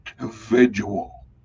individual